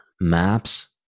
MAPS